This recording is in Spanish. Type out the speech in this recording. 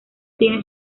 tiene